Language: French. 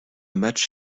match